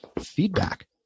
feedback